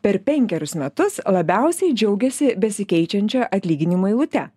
per penkerius metus labiausiai džiaugiasi besikeičiančia atlyginimo eilute